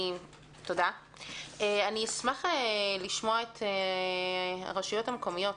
אשמח לשמוע את הרשויות המקומיות.